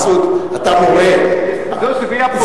מסעוד, אתה מורה, זו סוגיה פוליטית.